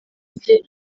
rye